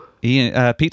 Peter